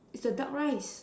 is the duck rice